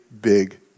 big